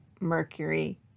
mercury